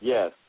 Yes